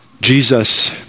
Jesus